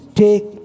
take